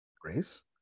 Grace